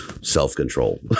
self-control